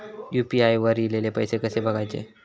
UPI वर ईलेले पैसे कसे बघायचे?